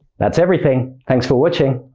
that's everything. thanks for watching!